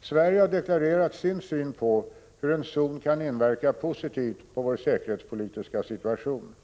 Sverige har deklarerat sin syn på hur en zon kan inverka positivt på vår säkerhetspolitiska situation.